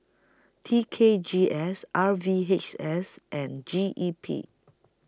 T K G S R V H S and G E P